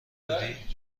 بودی